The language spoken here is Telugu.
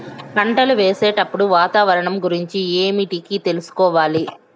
పంటలు వేసేటప్పుడు వాతావరణం గురించి ఏమిటికి తెలుసుకోవాలి?